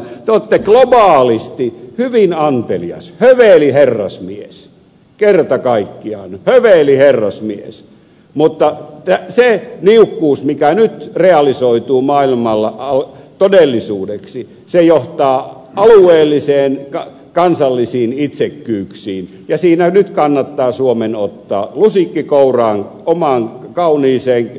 te olette globaalisti hyvin antelias höveli herrasmies kerta kaikkiaan höveli herrasmies mutta se niukkuus mikä nyt realisoituu maailmalla todellisuudeksi johtaa alueellisiin kansallisiin itsekkyyksiin ja siinä nyt kannattaa suomen ottaa lusikka omaan kauniiseen